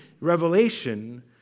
Revelation